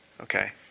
okay